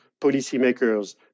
policymakers